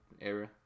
area